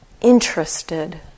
interested